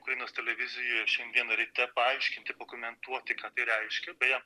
ukrainos televizijoje šiandieną ryte paaiškinti pakomentuoti ką tai reiškia beje